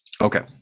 okay